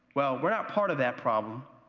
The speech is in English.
well, we're not part of that problem,